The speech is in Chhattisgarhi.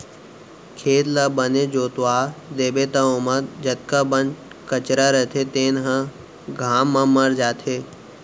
खेत ल बने जोतवा देबे त ओमा जतका बन कचरा रथे तेन ह घाम म मर जाथे